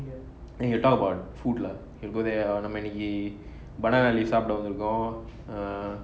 then he will talk about food lah he will go there நம்ம இன்னைக்கு:namma innaiku banana leaf சாப்பிட வந்திருக்கோம்:sappida vanthirukom